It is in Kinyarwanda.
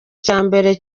cyambere